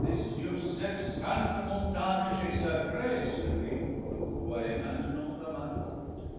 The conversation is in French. et sur cette sainte montagne j'ai sacré celui que vous voyez maintenant à ma droite